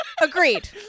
agreed